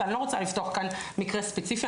ואני לא רוצה לפתוח כאן מקרה ספציפי,